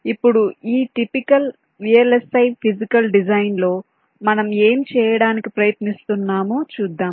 ఇప్పుడు ఈ typical VLSI physical design లో మనం ఏమి చేయడానికి ప్రయత్నిస్తున్నామో చూద్దాం